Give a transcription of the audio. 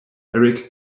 eric